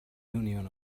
union